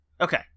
Okay